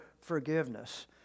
forgiveness